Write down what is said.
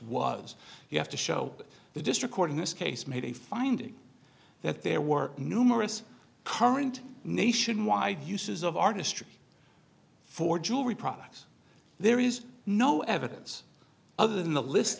was you have to show that the district court in this case made a finding that there were numerous current nationwide uses of artistry for jewelry products there is no evidence other than the list